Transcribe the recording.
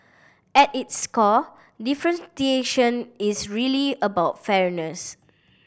at is core differentiation is really about fairness